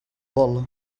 vol